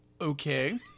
Okay